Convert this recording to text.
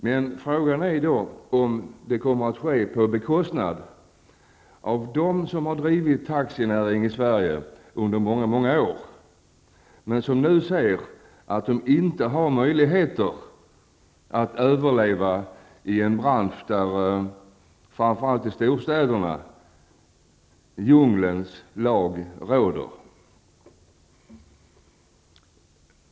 Men frågan är om det kommer att ske på bekostnad av dem som har bedrivit taxirörelse i Sverige under många många år men som nu ser att de inte har möjligheter att överleva i en bransch där, framför allt i storstäderna, djungelns lag råder.